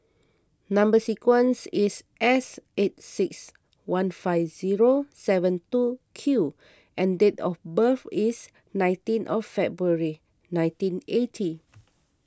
Number Sequence is S eight six one five zero seven two Q and date of birth is nineteen of February nineteen eighty